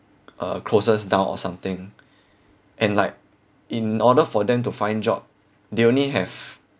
uh closes down or something and like in order for them to find job they only have